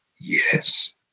yes